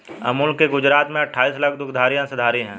अमूल के गुजरात में अठाईस लाख दुग्धधारी अंशधारी है